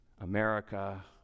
America